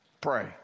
pray